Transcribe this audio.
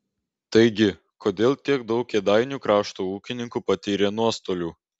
taigi kodėl tiek daug kėdainių krašto ūkininkų patyrė nuostolių